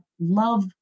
love